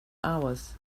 hours